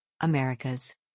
Americas